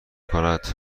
کند